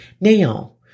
now